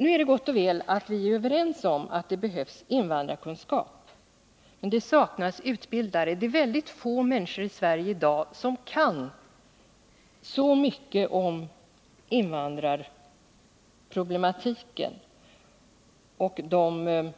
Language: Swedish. Nu är det gott och väl att vi är överens om att det behövs invandrarkunskap. Det saknas emellertid utbildare. Väldigt få människor i Sverige kan i dag så mycket om invandrarproblematiken och om de